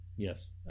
Yes